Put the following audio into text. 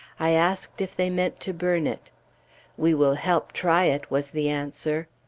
i asked if they meant to burn it we will help try it, was the answer.